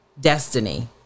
destiny